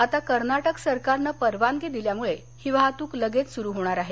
आता कर्नाटक सरकारने परवानगी दिल्यामुळे ही वाहतूक लगेच सुरू होणार आहे